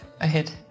ahead